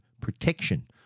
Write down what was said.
protection